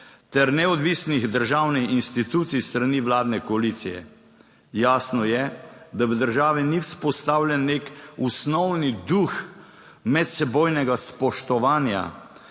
ter neodvisnih državnih institucij s strani vladne koalicije. Jasno je, da v državi ni vzpostavljen nek osnovni duh medsebojnega spoštovanja,